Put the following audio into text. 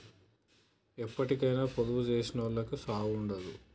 ఎప్పటికైనా పొదుపు జేసుకునోళ్లకు సావుండదు